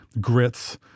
grits